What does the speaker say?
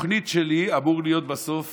בתוכנית שלי, אמור להיות בסוף